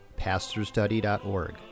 pastorstudy.org